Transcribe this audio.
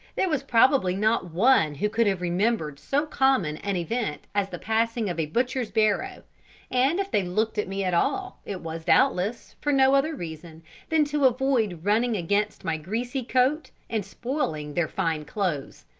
there was probably not one who could have remembered so common an event as the passing of a butcher's barrow and if they looked at me at all, it was, doubtless, for no other reason than to avoid running against my greasy coat and spoiling their fine clothes.